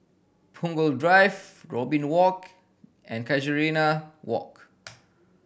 Punggol Drive Robin Walk and Casuarina Walk